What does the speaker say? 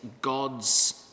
God's